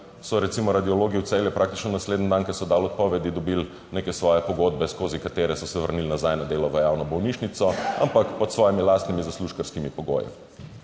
so recimo radiologi v Celju praktično naslednji dan, ko so dali odpovedi, dobili neke svoje pogodbe, skozi katere so se vrnili nazaj na delo v javno bolnišnico, ampak pod svojimi lastnimi zaslužkarskimi pogoji.